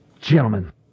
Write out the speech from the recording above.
Gentlemen